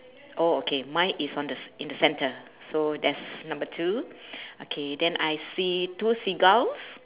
oh okay mine is on the c~ in the centre so that's number two okay then I see two seagulls